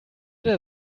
der